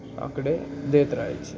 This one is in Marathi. आकडे देत राहायचं